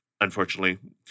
Unfortunately